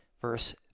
verse